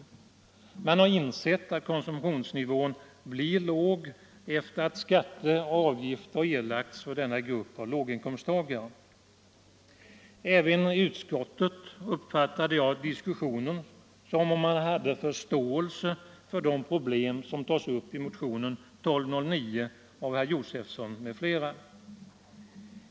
Riksdagen har insett att konsumtionsnivån för denna grupp av låginkomsttagare blir låg efter det att skatter och avgifter har erlagts. Även i utskottet uppfattade jag diskussionen så att det fanns förståelse för de problem som tas upp i motionen 1209 av herr Josefson m.fl.